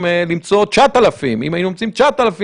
למצוא 9,000. אם היינו מוצאים 9,000,